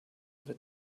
ever